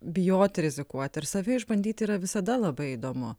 bijoti rizikuoti ir save išbandyti yra visada labai įdomu